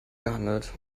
gehandelt